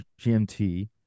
GMT